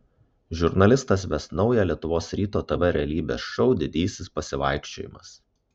žurnalistas ves naują lietuvos ryto tv realybės šou didysis pasivaikščiojimas